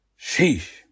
Sheesh